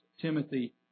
Timothy